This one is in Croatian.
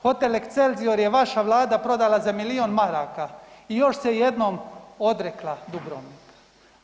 Hotel Excelsior je vaša vlada prodala za milijon maraka i još se jednom odrekla Dubrovnika.